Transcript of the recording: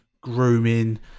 grooming